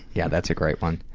yeah that's a great one.